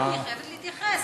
בסדר, אני חייבת להתייחס.